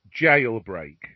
Jailbreak